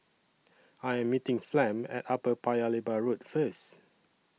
I Am meeting Flem At Upper Paya Lebar Road First